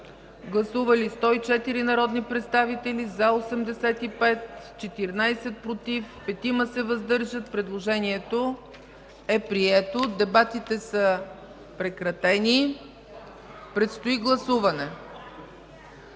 Гласували 104 народни представители: за 85, против 14, въздържали се 5. Предложението е прието. Дебатите са прекратени. Предстои гласуване.